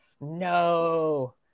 No